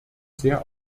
sehr